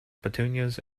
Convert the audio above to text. petunias